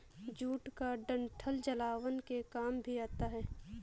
jute का डंठल जलावन के काम भी आता है